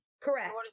correct